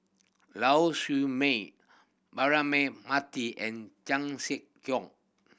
Lau Siew Mei Braema Mathi and Chan Sek Keong